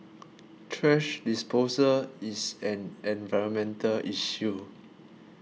thrash disposal is an environmental issue